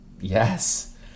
Yes